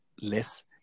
less